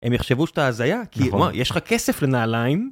הם יחשבו שאתה הזייה, כי יש לך כסף לנעליים.